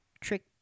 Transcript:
trick